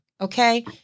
Okay